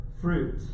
fruit